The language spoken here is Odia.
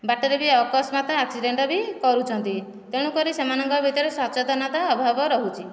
ବାଟରେ ବି ଅକସ୍ମାତ୍ ଆକ୍ସିଡେଣ୍ଟ ବି କରୁଛନ୍ତି ତେଣୁ କରି ସେମାନଙ୍କ ଭିତରେ ସଚେତନତା ଅଭାବ ରହୁଛି